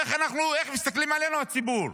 איך מסתכל עלינו הציבור?